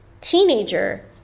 teenager